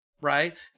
right